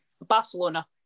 Barcelona